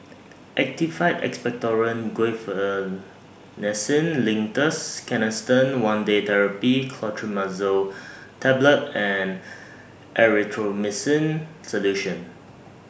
Actified Expectorant Guaiphenesin Linctus Canesten one Day Therapy Clotrimazole Tablet and Erythroymycin Solution